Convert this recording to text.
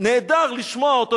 נהדר לשמוע אותו,